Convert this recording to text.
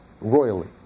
royally